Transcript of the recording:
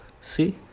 see